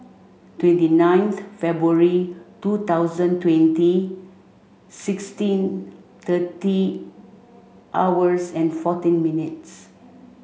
twenty ninth February two thousand twenty sixteen thirty hours and fourteen minutes